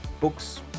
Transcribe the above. books